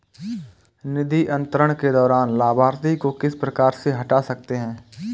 निधि अंतरण के दौरान लाभार्थी को किस प्रकार से हटा सकते हैं?